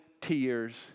tears